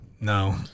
No